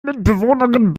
mitbewohnerin